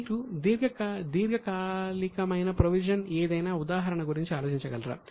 మీరు దీర్ఘకాలికమైన ప్రొవిజన్ ఏదైనా ఉదాహరణ గురించి ఆలోచించగలరా